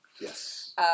Yes